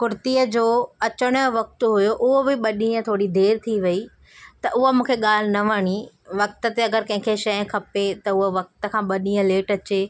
कुर्तीअ जो अचण जो वक़्तु हुयो उहो बि ॿ ॾींहं थोरी देरि थी वई त उहा मूंखे ॻाल्हि न वणी वक़्त ते अगरि कंहिं खे शइ खपे त उहा वक़्त खां ॿ ॾींहं लेट अचे